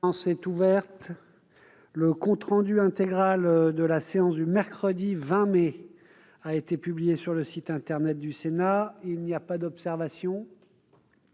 La séance est ouverte. Le compte rendu intégral de la séance du mercredi 20 mai 2020 a été publié sur le site internet du Sénat. Il n'y a pas d'observation ?